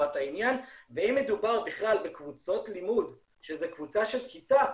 לטובת העניין ואם מדובר בכלל בקבוצות לימוד שזה קבוצה של כיתה,